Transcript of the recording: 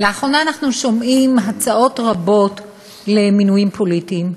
לאחרונה אנחנו שומעים הצעות רבות למינויים פוליטיים,